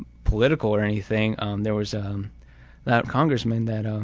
political or anything, um there was um that congressman that, um